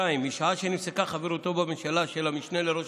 2. משעה שנפסקה חברותו בממשלה של המשנה לראש